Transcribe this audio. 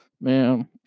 Man